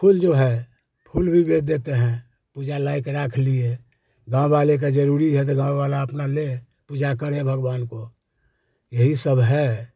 फूल जो हैं फूल भी बेच दते हैं पूजा लायक़ रख लिए गाँव वालों का ज़रूरी है तो गाँव वाले अपना ले पूजा करें भगवान की यही सब है